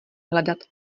hledat